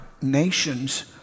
nations